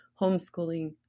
homeschooling